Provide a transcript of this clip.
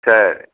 சரி